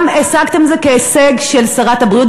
השגתם את זה כהישג של שרת הבריאות,